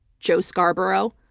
joe scarborough.